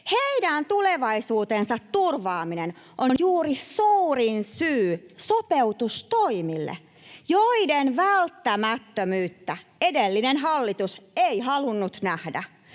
Heidän tulevaisuutensa turvaaminen on juuri suurin syy sopeutustoimille, joiden välttämättömyyttä edellinen hallitus ei halunnut nähdä